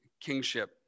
kingship